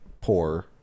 poor